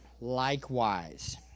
Likewise